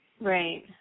Right